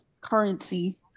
currency